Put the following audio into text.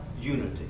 unity